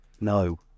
no